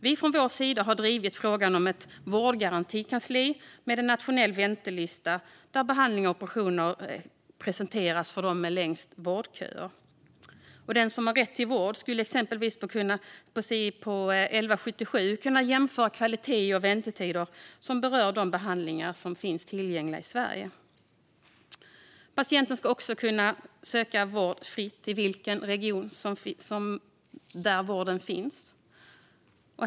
Vi från vår sida har drivit frågan om ett vårdgarantikansli med en nationell väntelista där behandling och operationer presenteras för dem med längst vårdköer. Den som har rätt till vård skulle exempelvis då i princip på 1177 kunna jämföra kvalitet och väntetider för de behandlingar som finns tillgängliga i Sverige. Patienten ska också kunna söka vård fritt i den region där vården finns.